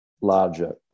larger